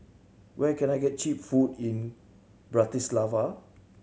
where can I get cheap food in Bratislava